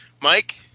Mike